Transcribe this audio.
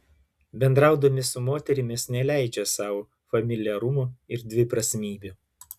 bendraudami su moterimis neleidžia sau familiarumų ir dviprasmybių